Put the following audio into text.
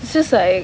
it's just like